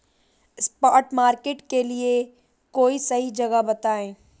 spot market के लिए कोई सही जगह बताएं